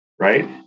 right